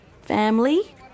Family